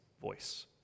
voice